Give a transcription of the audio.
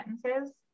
sentences